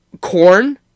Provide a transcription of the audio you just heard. corn